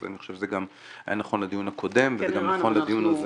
אני חושב שזה גם היה נכון לדיון הקודם וזה גם נכון לדיון הזה.